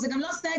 זה גם לא סגר.